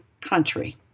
country